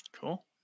Cool